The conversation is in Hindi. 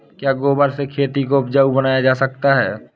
क्या गोबर से खेती को उपजाउ बनाया जा सकता है?